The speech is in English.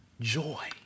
Joy